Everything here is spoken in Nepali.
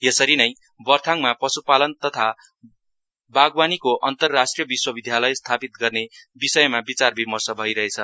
यसरी नै बर्थाङमा पश्पालन तथा बागबानीको अन्तरराष्ट्रिय विश्वविधालय स्थापित गर्ने विषयमा विचार विमर्श भइरहेछ